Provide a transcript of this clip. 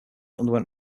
underwent